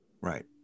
Right